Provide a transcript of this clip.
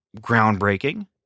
Groundbreaking